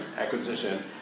acquisition